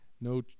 no